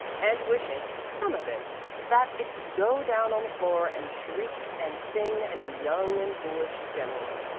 and wishing some of it that it could go down on the floor and shriek and sing and be young and foolish generally.